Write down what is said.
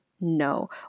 no